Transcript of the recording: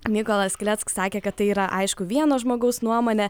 mykolas kleck sakė kad tai yra aišku vieno žmogaus nuomonė